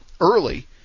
early